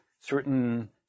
certain